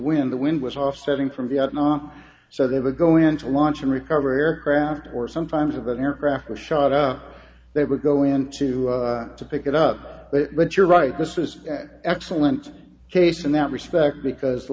wind the wind was offsetting from vietnam so they were going to launch and recover aircraft or sometimes of an aircraft or shot or they would go into to pick it up but you're right this is excellent case in that respect because the